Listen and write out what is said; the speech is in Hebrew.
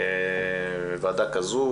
ועדה כזו,